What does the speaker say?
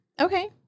okay